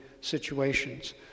situations